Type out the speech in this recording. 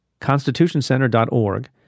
constitutioncenter.org